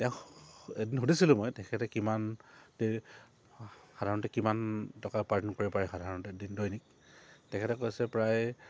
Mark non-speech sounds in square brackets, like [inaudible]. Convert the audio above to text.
তেওঁক এদিন সুধিছিলোঁ মই তেখেতে কিমান [unintelligible] সাধাৰণতে কিমান টকা উপাৰ্জন কৰিব পাৰি সাধাৰণতে দিন দৈনিক তেখেতে কৈছে প্ৰায়